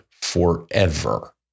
forever